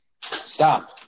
Stop